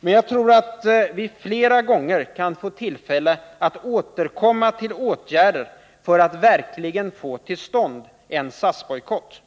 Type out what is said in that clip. Men jag tror att vi flera gånger kan få tillfälle att återkomma till åtgärder för att verkligen få till stånd en SAS-bojkott.